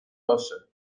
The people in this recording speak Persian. باشه